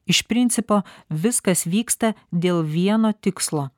iš principo viskas vyksta dėl vieno tikslo